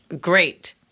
Great